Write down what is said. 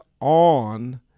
on